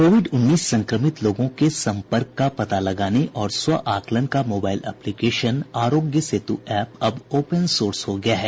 Covid उन्नीस संक्रमित लोगों के संपर्क का पता लगाने और स्व आकलन का mobile application Aarogya Setu app अब ओपन सोर्स हो गया है